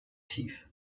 tief